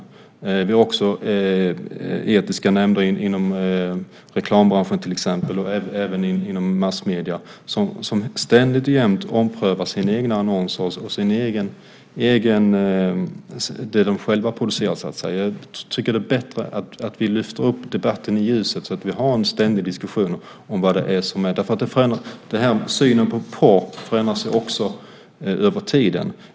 Det finns också etiska nämnder inom reklambranschen och inom medierna som ständigt omprövar annonser och sådant som de själva producerar. Jag tycker att det är bättre att vi lyfter fram debatten i ljuset, så att vi får en ständig diskussion om detta. Synen på porr förändras ju också över tiden.